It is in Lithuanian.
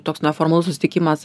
toks neformalus susitikimas